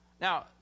Now